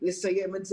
ולסיים את זה.